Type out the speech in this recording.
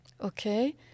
Okay